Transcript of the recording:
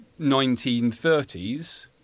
1930s